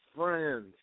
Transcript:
friend